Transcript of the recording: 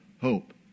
hope